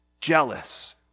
jealous